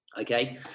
Okay